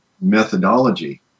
methodology